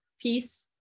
peace